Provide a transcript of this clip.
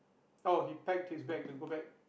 oh he packed his bag to go back